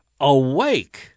Awake